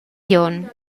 glion